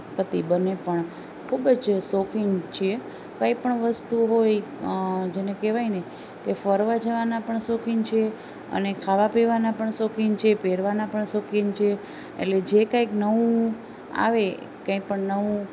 પતિ બંને પણ ખૂબ જ શોખીન છીએ કંઇ પણ વસ્તુ હોય જેને કહેવાયને કે ફરવા જવાના પણ શોખીન છીએ અને ખાવા પીવાના પણ શોખીન છીએ પહેરવાના પણ શોખીન છીએ એટલે જે કાંઇક નવું આવે કાંઇ પણ નવું